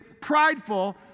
prideful